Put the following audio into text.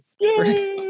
Yay